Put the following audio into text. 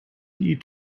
eat